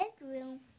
bedroom